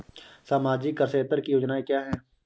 सामाजिक क्षेत्र की योजनाएँ क्या हैं?